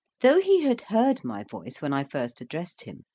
though he had heard my voice when i first addressed him,